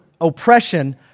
oppression